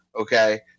Okay